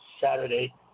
Saturday